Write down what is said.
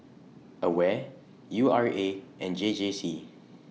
AWARE U R A and J J C